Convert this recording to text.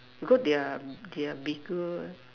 because they are they are bigger